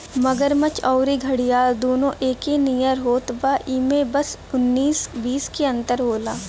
मगरमच्छ अउरी घड़ियाल दूनो एके नियर होत बा इमे बस उन्नीस बीस के अंतर होला